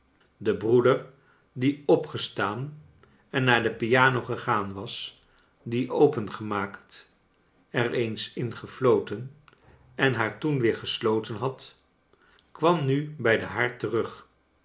de brooder die opgestaan en naar de piano gegaan was die opengemaakt er eens in gefloten en haar toen weer gesloten had kwam nu bij den haard terug